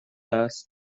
است